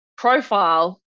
profile